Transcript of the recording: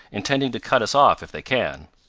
intending to cut us off if they can.